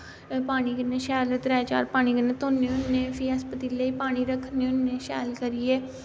पानी कन्नै शैल त्रै चार पानी कन्नै धोन्न्ने होने फ्ही अस पतीले च पानी रक्खने होन्ने शैल करियै